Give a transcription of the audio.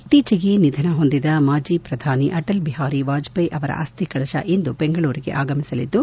ಇತ್ತೀಚೆಗೆ ನಿಧನ ಹೊಂದಿದ ಮಾಜಿ ಪ್ರಧಾನಿ ಅಟಲ್ ಬಿಹಾರಿ ವಾಜಪೇಯಿ ಅವರ ಅಸ್ತಿ ಕಳಸ ಇಂದು ಬೆಂಗಳೂರಿಗೆ ಆಗಮಿಸಲಿದ್ದು